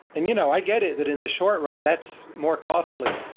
and you know i get it, that in the short run, that's more costly,